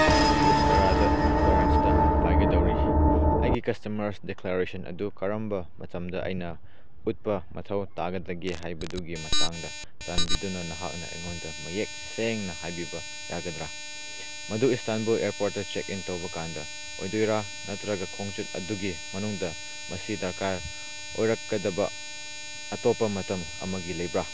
ꯕꯤꯁꯇꯥꯔꯥꯗ ꯐ꯭ꯂꯣꯔꯦꯟꯁꯇ ꯄꯥꯏꯒꯗꯧꯔꯤ ꯑꯩꯒꯤ ꯀꯁꯇꯃꯔ ꯗꯤꯀ꯭ꯂꯥꯔꯦꯁꯟ ꯑꯗꯨ ꯀꯔꯝꯕ ꯃꯇꯝꯗ ꯑꯩꯅ ꯎꯠꯄ ꯃꯊꯧ ꯇꯥꯒꯗꯒꯦ ꯍꯥꯏꯕꯗꯨꯒꯤ ꯃꯇꯥꯡꯗ ꯆꯥꯟꯕꯤꯗꯨꯅ ꯅꯍꯥꯛꯅ ꯑꯩꯉꯣꯟꯗ ꯃꯌꯦꯛ ꯁꯦꯡꯅ ꯍꯥꯏꯕꯤꯕ ꯌꯥꯒꯗ꯭ꯔ ꯃꯗꯨ ꯏꯁꯇꯥꯟꯕꯣꯔꯠ ꯏꯌꯔꯄꯣꯔꯠꯇ ꯆꯦꯛꯏꯟ ꯇꯧꯕꯀꯥꯟꯗ ꯑꯣꯏꯗꯣꯏꯔ ꯅꯠꯇ꯭ꯔꯒ ꯈꯣꯡꯆꯠ ꯑꯗꯨꯒꯤ ꯃꯅꯨꯡꯗ ꯃꯁꯤ ꯗꯔꯀꯥꯔ ꯑꯣꯏꯔꯛꯀꯗꯕ ꯑꯇꯣꯞꯄ ꯃꯇꯝ ꯑꯃꯒꯤ ꯂꯩꯕ꯭ꯔ